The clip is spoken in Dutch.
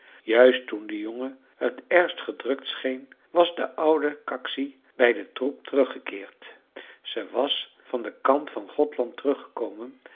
juist toen de jongen t ergste gedrukt scheen was de oude kaksi bij den troep teruggekeerd ze was van den kant van gothland teruggekomen